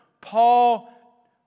Paul